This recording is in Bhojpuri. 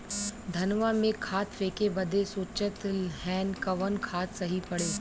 धनवा में खाद फेंके बदे सोचत हैन कवन खाद सही पड़े?